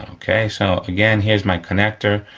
okay? so, again, here's my connector.